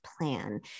plan